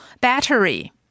battery